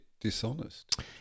dishonest